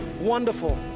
Wonderful